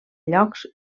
llocs